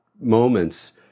moments